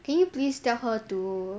can you please tell her to